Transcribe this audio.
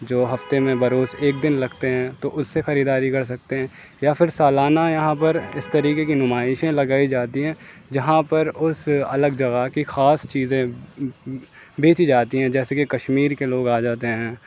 جو ہفتہ میں بروز ایک دن لگتے ہیں تو اس سے خریداری کر سکتے ہیں یا پھر سالانہ یہاں پر اس طریقے کی نمائشیں لگائی جاتی ہیں جہاں پر اس الگ جگہ کی خاص چیزیں بیچی جاتی ہیں جیسے کہ کشمیر کے لوگ آ جاتے ہیں